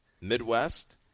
Midwest